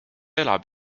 elab